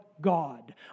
God